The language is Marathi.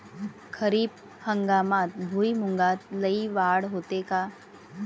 खरीप हंगामात भुईमूगात लई वाढ होते का?